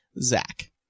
Zach